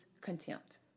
contempt